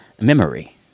memory